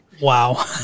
Wow